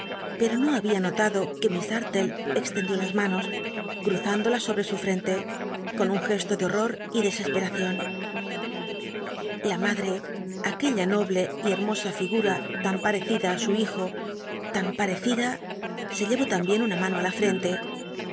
pcr'o no babia notado que miss dmtlc extendió las manos cruzándolas sobrc su f cnte con un gesto de horror y dcscsperacion la madrc aquella noble y hermosa flgura tan an parecida se lle'ó tain bicn parecida li su hijo l una mano tí la frente